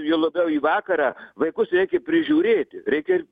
juo labiau į vakarą vaikus reikia prižiūrėti reikia ir